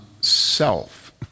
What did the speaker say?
self